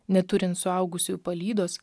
neturint suaugusiųjų palydos